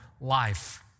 life